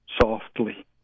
softly